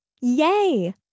Yay